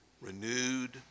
renewed